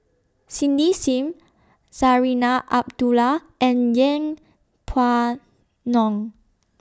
Cindy SIM Zarinah Abdullah and Yeng Pway Ngon